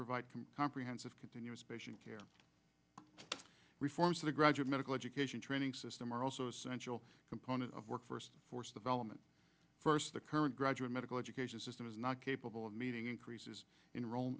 provide comprehensive continuous patient care reforms to the graduate medical education training system are also essential component of work force development first the current graduate medical education system is not capable of meeting increases enroll